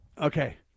Okay